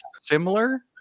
similar